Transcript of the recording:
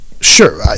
Sure